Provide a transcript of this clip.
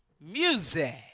music